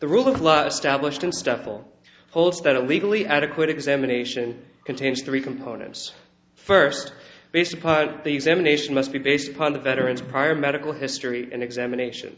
the rule of law established and stuff will hold steady legally adequate examination contains three components first based upon the examination must be based upon the veterans prior medical history and examinations